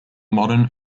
modern